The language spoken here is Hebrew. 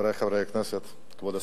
תודה, חברי חברי הכנסת, כבוד השר,